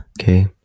okay